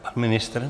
Pan ministr?